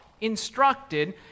instructed